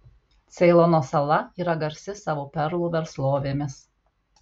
ceilono sala yra garsi savo perlų verslovėmis